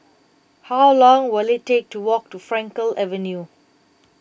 how long will it take to walk to Frankel Avenue